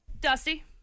Dusty